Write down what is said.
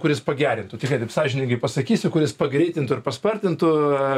kuris pagerintų tikrai taip sąžiningai pasakysiu kuris pagreitintų ir paspartintų